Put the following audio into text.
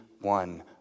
one